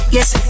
Yes